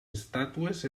estàtues